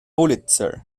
pulitzer